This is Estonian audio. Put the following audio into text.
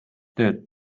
tööd